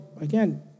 again